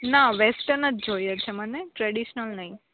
ના વેસ્ટર્નજ જોઈએ છે મને ટ્રેડિશનલ નઇ